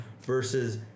versus